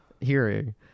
hearing